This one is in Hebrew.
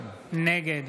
נגד